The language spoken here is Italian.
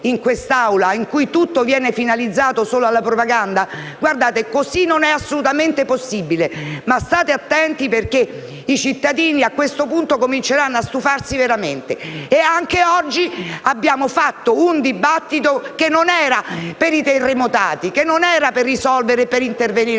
in quest'Aula in cui tutto viene finalizzato esclusivamente alla propaganda? Guardate che così non è assolutamente possibile. Ma state attenti, perché i cittadini a questo punto cominceranno a stufarsi veramente. Anche oggi abbiamo svolto un dibattito che non era per i terremotati ed era finalizzato non a intervenire